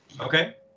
Okay